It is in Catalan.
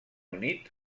unit